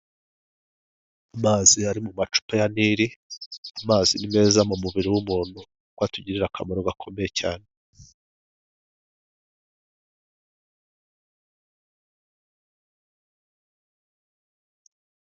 Amazi ari mu macupa ya nili amazi ni meza mu mubiri w'umuntu kuk atugirira akamaro gakomeye cyane.